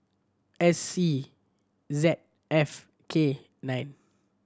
S C Z F K nine